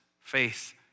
faith